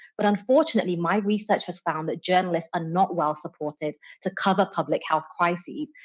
but, unfortunately, my research has found that journalists are not well supported to cover public health crises.